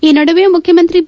ಈ ನಡುವೆ ಮುಖ್ಯಮಂತ್ರಿ ಬಿ